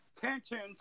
tensions